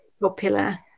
popular